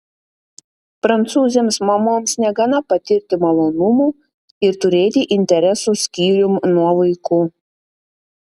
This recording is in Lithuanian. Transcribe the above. prancūzėms mamoms negana patirti malonumų ir turėti interesų skyrium nuo vaikų